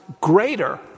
greater